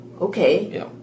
Okay